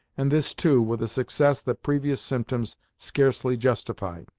and this, too, with a success that previous symptoms scarcely justified.